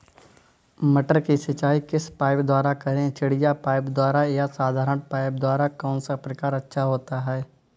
मटर की सिंचाई किस पाइप द्वारा करें चिड़िया पाइप द्वारा या साधारण पाइप द्वारा कौन सा प्रकार अच्छा होता है?